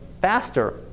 faster